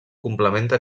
complementa